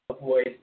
avoid